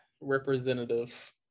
representative